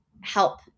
help